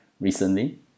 recently